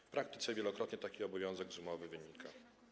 W praktyce wielokrotnie taki obowiązek z umowy wynika.